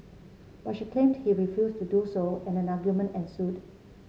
but she claimed he refused to do so and an argument ensued